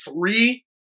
three